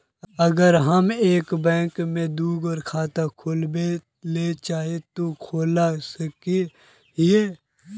अगर हम एक बैंक में ही दुगो खाता खोलबे ले चाहे है ते खोला सके हिये?